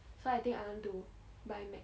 so I think I want to buy mac